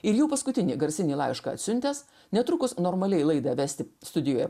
ir jau paskutinį garsinį laišką atsiuntęs netrukus normaliai laida vesti studijoe